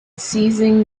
seizing